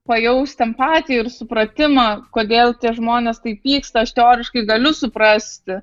pajausti empatiją ir supratimą kodėl tie žmonės taip pyksta aš teoriškai galiu suprasti